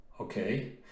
okay